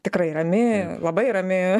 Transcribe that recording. tikrai rami labai rami